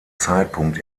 zeitpunkt